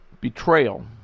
betrayal